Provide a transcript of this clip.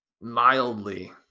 mildly